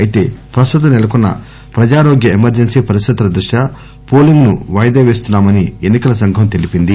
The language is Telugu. అయితే ప్రస్తుతం నెలకొన్న ప్రజారోగ్య ఎమర్జెన్సీ పరిస్థితుల దృష్ట్యా పోలీంగ్ ను వాయిదా వేస్తున్నా మని ఎన్ని కల సంఘం తెలిపింది